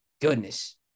goodness